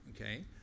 okay